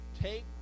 Take